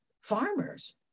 farmers